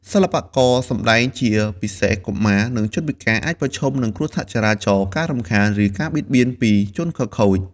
សិល្បករ សម្ដែងជាពិសេសកុមារ និងជនពិការ អាចប្រឈមនឹងគ្រោះថ្នាក់ចរាចរណ៍ ការរំខាន ឬការបៀតបៀនពីជនខិលខូច។